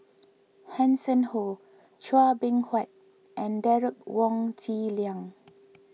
Hanson Ho Chua Beng Huat and Derek Wong Zi Liang